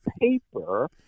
paper